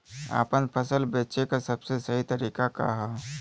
आपन फसल बेचे क सबसे सही तरीका का ह?